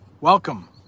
Welcome